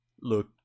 look